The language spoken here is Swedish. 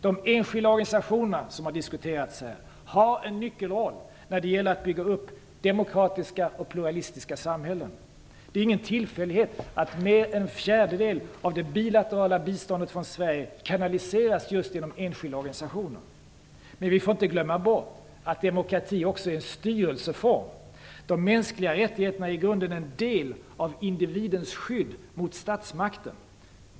De enskilda organisationerna, som har diskuterats här, har en nyckelroll när det gäller att bygga upp demokratiska och pluralistiska samhällen. Det är ingen tillfällighet att mer än en fjärdedel av det bilaterala biståndet från Sverige kanaliseras just genom enskilda organisationer. Men vi får inte glömma bort att demokrati också är en styrelseform. De mänskliga rättigheterna är i grunden en del av individens skydd mot statsmakten.